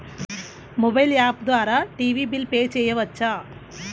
Mobile app ద్వారా TV bill pay చేయవచ్చా?